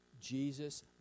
Jesus